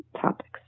topics